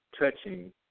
touching